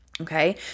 Okay